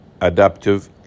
adaptive